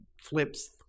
flips